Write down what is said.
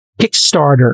Kickstarter